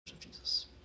Jesus